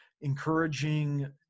encouraging